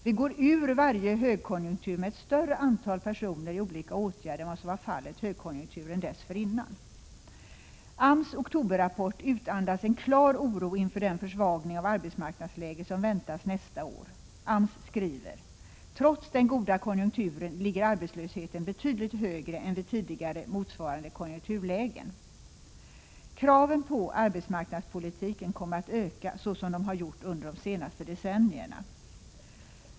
Vi går ur varje högkonjunktur med ett större antal personer i olika åtgärder än vad som var fallet högkonjunkturen dessförinnan. AMS oktoberrapport andas en klar oro inför den försvagning av arbetsmarknadsläget som väntas nästa år. AMS skriver: ”Trots den goda konjunkturen ligger arbetslösheten betydligt högre än vid tidigare motsvarande konjunkturlägen”. Kraven på arbetsmarknadspolitiken kommer att öka så som de har gjort under de senaste decennierna.